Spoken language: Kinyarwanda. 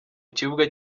kibuga